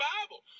Bible